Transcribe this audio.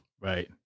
Right